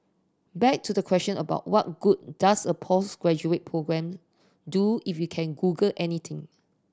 back to the question about what good does a postgraduate programme do if you can Google anything